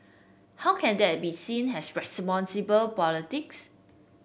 how can that be seen has responsible politics